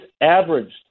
averaged